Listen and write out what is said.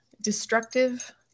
destructive